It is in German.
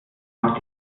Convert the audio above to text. macht